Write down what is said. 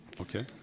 Okay